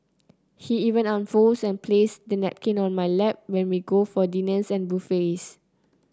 he even unfolds and places the napkin on my lap when we go for dinners and buffets